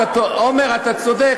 אתה צודק,